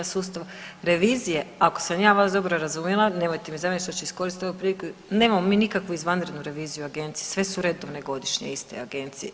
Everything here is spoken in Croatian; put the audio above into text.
Sustav revizije ako sam ja vas dobro razumjela nemojte mi zamjeriti što ću iskoristiti ovu priliku nemamo mi nikakvu izvanrednu reviziju agencije, sve su redovne, godišnje, iste agencije.